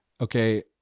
okay